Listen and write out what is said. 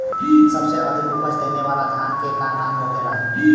सबसे अधिक उपज देवे वाला धान के का नाम होखे ला?